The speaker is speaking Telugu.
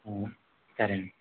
సరే అండి